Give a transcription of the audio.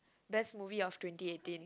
best movie of twenty eighteen